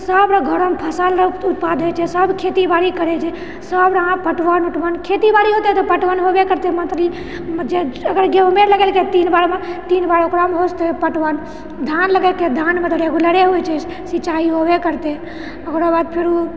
सब घरमे फसल उत्पाद होइत छै सब खेती बारी करैत छै सब पटवन ओटवन खेती बारी होतै तऽ पटवन होबे करतै मात्र ई जे अगर गेहूँमे लगेलकै तीन बारमे तीन बार ओकरामे हो जेतै पटवन धान लगेलकै धानमे तऽ रेगुलरे होइत छै सिंचाइ होबे करतै ओकराबाद फेरु